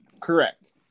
Correct